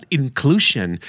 inclusion